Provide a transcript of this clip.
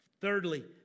Thirdly